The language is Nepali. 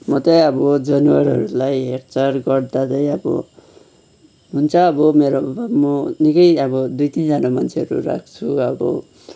म चाहिँ अब जनावरहरूलाई हेरचाह गर्दा चाहिँ अब हुन्छ अब मेरो म निक्कै अब दुई तिनजना मान्छेहरू राख्छु अब